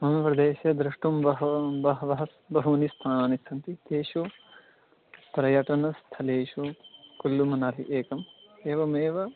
मम प्रदेशे द्रष्टुं बहवः बहवः बहूनि स्थानानि सन्ति तेषु पर्यटनस्थलेषु कुल्लु मनालि एकं एवमेव